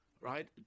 right